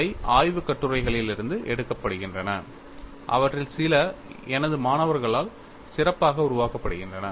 இவை ஆய்வுக் கட்டுரைகளிலிருந்து எடுக்கப்படுகின்றன அவற்றில் சில எனது மாணவர்களால் சிறப்பாக உருவாக்கப்படுகின்றன